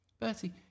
Bertie